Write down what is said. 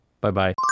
Bye-bye